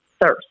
thirst